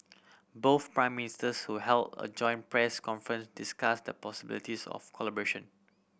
both Prime Ministers who held a joint press conference discussed the possibilities of collaboration